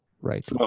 Right